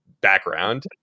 background